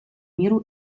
миру